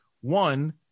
One